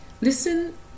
Listen